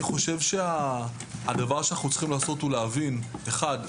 אני חושב שהדבר שאנחנו צריכים לעשות הוא להבין אחד,